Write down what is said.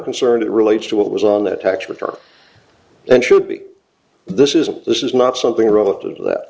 concerned it relates to what was on that tax return and should be this is a this is not something relative that